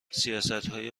سیاستهای